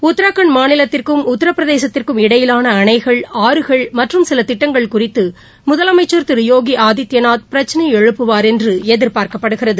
உத்தரகாண்ட் மாநிலத்திற்கும் உத்திரபிரதேசத்திற்கும் இடையிலானஅணைகள் ஆறுகள் மற்றும் சிலதிட்டங்கள் குறித்துமுதலமைச்சா் திருயோகிஆதித்யநாத் பிரச்சனைஎழுப்புவார் என்றுஎதிர்பார்க்கப்படுகிறது